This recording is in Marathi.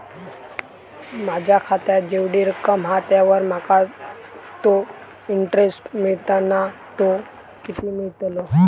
माझ्या खात्यात जेवढी रक्कम हा त्यावर माका तो इंटरेस्ट मिळता ना तो किती मिळतलो?